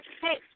Hey